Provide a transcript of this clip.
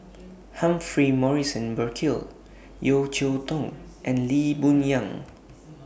Humphrey Morrison Burkill Yeo Cheow Tong and Lee Boon Yang